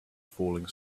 falling